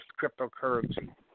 cryptocurrency